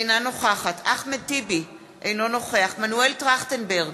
אינה נוכחת אחמד טיבי, אינו נוכח מנואל טרכטנברג,